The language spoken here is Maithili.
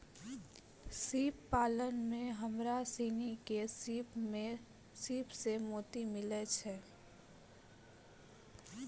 सिप पालन में हमरा सिनी के सिप सें मोती मिलय छै